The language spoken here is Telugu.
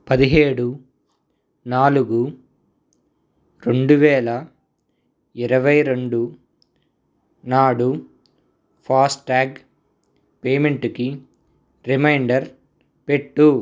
పదిహేడు నాలుగు రెండువేల ఇరవై రెండు నాడు ఫాస్టాగ్ పేమెంటుకి రిమైండర్ పెట్టు